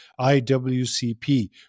IWCP